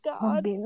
God